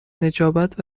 نجابت